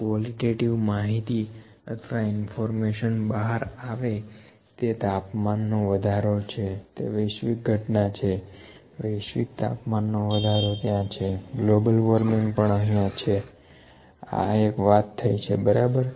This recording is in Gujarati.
કવોલીટેટીવ માહિતી અથવા ઇન્ફોર્મેશન બહાર આવે તે તાપમાન નો વધારો છે તે વૈશ્વિક ઘટના છે વૈશ્વિક તાપમાનનો વધારો ત્યાં છે ગ્લોબલ વોર્મિંગ પણ અહીંયા છે આં એક વાત થઈ બરાબર